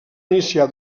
iniciar